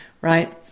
right